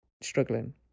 struggling